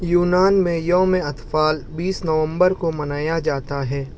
یونان میں یوم اطفال بیس نومبر کو منایا جاتا ہے